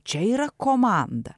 čia yra komanda